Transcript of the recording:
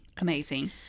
Amazing